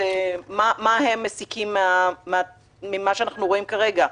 מה הם מסיקים ממה שאנחנו רואים כרגע.